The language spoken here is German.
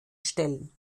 stellen